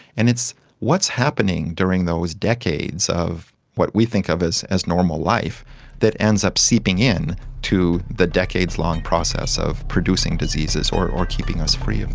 and it's what's happening during those decades of what we think of as as normal life that ends up seeping in to the decades-long process of producing diseases or or keeping us free